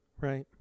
Right